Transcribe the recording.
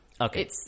Okay